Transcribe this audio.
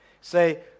Say